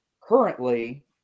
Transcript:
currently